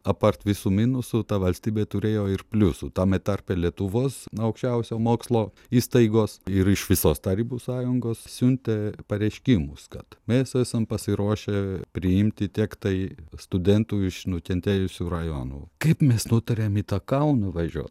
apart visų minusų ta valstybė turėjo ir pliusų tame tarpe lietuvos aukščiausio mokslo įstaigos ir iš visos tarybų sąjungos siuntė pareiškimus kad mes esam pasiruošę priimti tiek tai studentų iš nukentėjusių rajonų kaip mes nutarėm į tą kauną važiuot